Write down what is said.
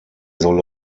soll